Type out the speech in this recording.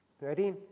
Ready